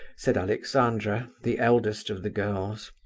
said alexandra, the eldest of the girls.